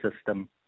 system